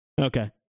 okay